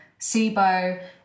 SIBO